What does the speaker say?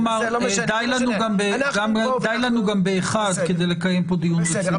די לנו גם באחד כדי לקיים פה דיון רציני.